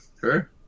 Sure